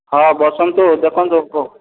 ହଁ ବସନ୍ତୁ ଦେଖନ୍ତୁ